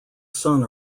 sun